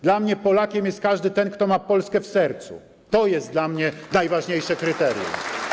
Dla mnie Polakiem jest każdy ten, kto ma Polskę w sercu, to jest dla mnie najważniejsze kryterium.